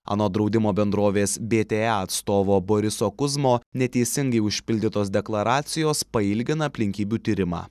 anot draudimo bendrovės bta atstovo boriso kuzmo neteisingai užpildytos deklaracijos pailgina aplinkybių tyrimą